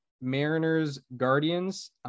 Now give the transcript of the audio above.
Mariners-Guardians